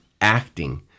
acting